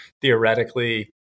theoretically